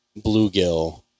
bluegill